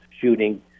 shooting